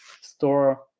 store